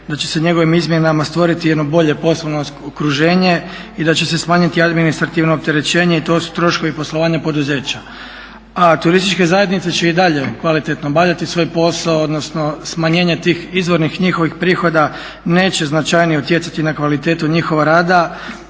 da će se njegovim izmjenama stvoriti jedno bolje poslovno okruženje i da će se smanjiti administrativno opterećenje i to su troškovi poslovanja poduzeća, a turističke zajednice će i dalje kvalitetno obavljati svoj posao odnosno smanjenje tih izvornih njihovih prihoda neće značajnije utjecati na kvalitetu njihova rada